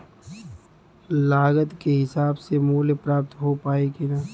लागत के हिसाब से मूल्य प्राप्त हो पायी की ना?